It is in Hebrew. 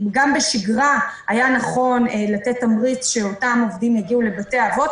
גם בשגרה היה נכון לתת תמריץ כדי שאותם עובדים יגיעו לבתי אבות,